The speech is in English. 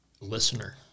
listener